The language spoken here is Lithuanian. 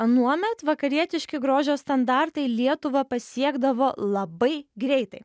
anuomet vakarietiški grožio standartai lietuvą pasiekdavo labai greitai